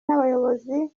n’abayobozi